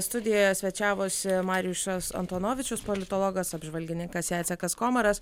studijoje svečiavosi marijušas antonovičius politologas apžvalgininkas jacekas komaras